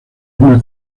una